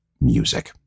music